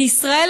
בישראל,